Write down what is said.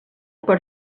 per